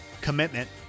commitment